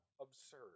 absurd